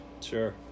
Sure